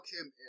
Kim